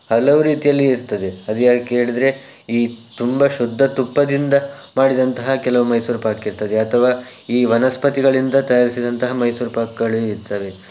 ಹಲವು ರೀತಿಯಲ್ಲಿ ಇರ್ತದೆ ಅದು ಯಾಕೆ ಹೇಳಿದರೆ ಈ ತುಂಬ ಶುದ್ಧ ತುಪ್ಪದಿಂದ ಮಾಡಿದಂತಹ ಕೆಲವು ಮೈಸೂರು ಪಾಕು ಇರ್ತದೆ ಅಥವಾ ಈ ವನಸ್ಪತಿಗಳಿಂದ ತಯಾರಿಸಿದಂತಹ ಮೈಸೂರು ಪಾಕುಗಳೂ ಇರ್ತವೆ